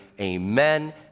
amen